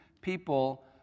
people